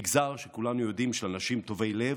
מגזר שכולנו יודעים שהוא של אנשים טובי לב,